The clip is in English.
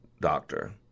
doctor